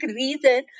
reason